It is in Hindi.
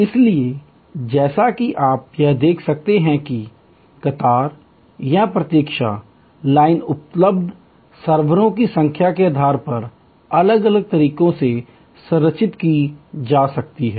इसलिए जैसा कि आप यहां देख सकते हैं कतार या प्रतीक्षा लाइन उपलब्ध सर्वरों की संख्या के आधार पर अलग अलग तरीकों से संरचित की जा सकती है